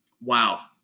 wow